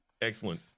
Excellent